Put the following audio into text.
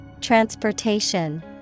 Transportation